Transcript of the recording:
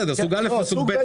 סוג א' וסוג ב',